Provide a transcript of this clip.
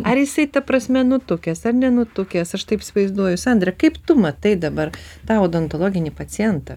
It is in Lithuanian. ar jisai ta prasme nutukęs ar nenutukęs aš taip įsivaizduoju sandra kaip tu matai dabar tą odontologinį pacientą